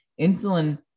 insulin